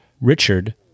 Richard